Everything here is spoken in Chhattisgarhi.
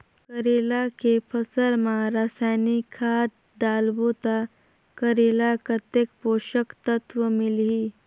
करेला के फसल मा रसायनिक खाद डालबो ता करेला कतेक पोषक तत्व मिलही?